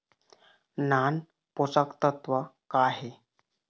नान पोषकतत्व का हे?